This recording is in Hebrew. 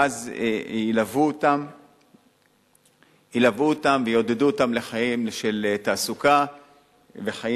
ואז ילוו אותם ויעודדו אותם לחיים של תעסוקה וחיים